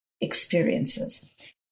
experiences